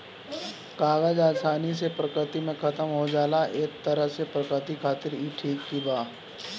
कागज आसानी से प्रकृति में खतम हो जाला ए तरह से प्रकृति खातिर ई ठीक भी बा